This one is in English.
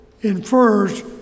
infers